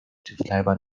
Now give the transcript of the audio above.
taiwan